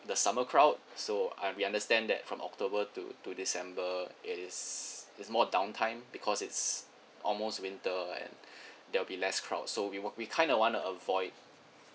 the summer crowd so uh we understand that from october to to december it is it's more down time because it's almost winter and there'll be less crowd so we won't we kind of want to avoid